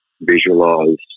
visualize